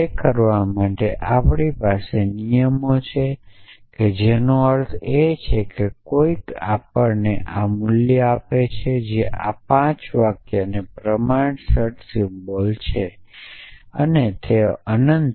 તે કરવા માટે આપણી પાસે નિયમો છે જેનો અર્થ એ કે કોઈક આપણને આ મૂલ્યાંકન આપે જે આ 5 વાક્યોના પ્રપોર્શનલ સિમ્બલ્સ માટે વાપરી શકાય છે